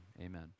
amen